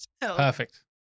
Perfect